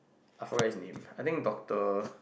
I forgot his name I think doctor